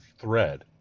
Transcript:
thread